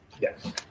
Yes